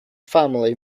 family